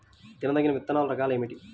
తినదగిన విత్తనాల రకాలు ఏమిటి?